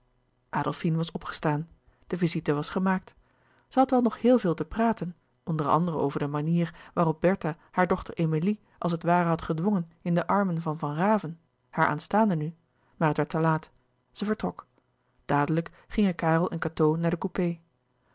was opgestaan de visite was gemaakt zij had wel nog heel veel te praten onder anderen over de manier waarop bertha haar dochter emilie als het ware had gedwongen in de armen van van raven haar aanstaande nu maar het werd te laat zij vertrok dadelijk gingen karel en cateau naar den coupé